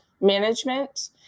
management